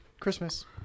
Christmas